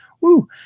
Woo